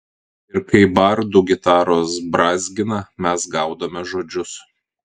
ir kai bardų gitaros brązgina mes gaudome žodžius